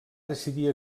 decidir